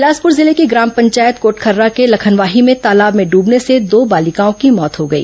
बिलासपुर जिले की ग्राम पंचायत कोटखर्रा के लखनवाही में तालाब में डूबने से दो बालिकाओं की मौत हो गई